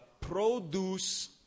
produce